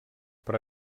però